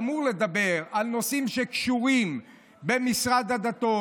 שאמור לדבר על נושאים שקשורים במשרד הדתות,